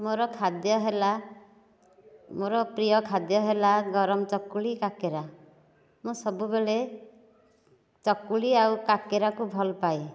ମୋର ଖାଦ୍ୟ ହେଲା ମୋର ପ୍ରିୟ ଖାଦ୍ୟ ହେଲା ଗରମ ଚକୁଳି କାକରା ମୁଁ ସବୁବେଳେ ଚକୁଳି ଆଉ କାକରାକୁ ଭଲ ପାଏ